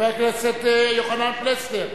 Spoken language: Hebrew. חבר הכנסת יוחנן פלסנר.